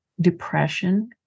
depression